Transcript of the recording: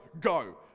go